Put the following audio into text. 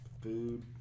food